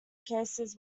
cases